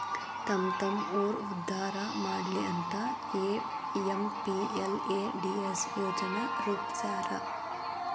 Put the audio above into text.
ತಮ್ಮ್ತಮ್ಮ ಊರ್ ಉದ್ದಾರಾ ಮಾಡ್ಲಿ ಅಂತ ಎಂ.ಪಿ.ಎಲ್.ಎ.ಡಿ.ಎಸ್ ಯೋಜನಾ ರೂಪ್ಸ್ಯಾರ